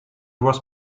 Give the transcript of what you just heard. was